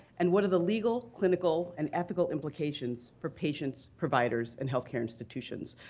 and what are the legal, clinical and ethical implications for patients, providers, and health care institutions?